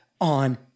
on